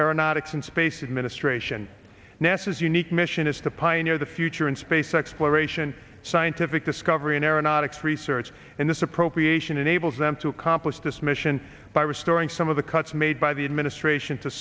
aeronautics and space administration nesses unique mission is to pioneer the future in space exploration scientific discovery and aeronautics research in this appropriation enables them to accomplish this mission by restoring some of the cuts made by the administration to